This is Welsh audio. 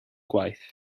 gwaith